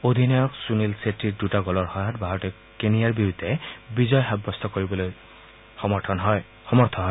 অধিনায়ক সুনীল ছেত্ৰীৰ দুটা গ'লৰ সহায়ত ভাৰতে কেনিয়াৰ বিৰুদ্ধে বিজয় সাব্যস্ত কৰিবলৈ সমৰ্থ হয়